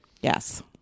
Yes